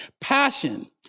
Passion